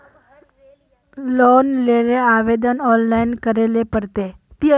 Loan लेले आवेदन online करे ले पड़ते?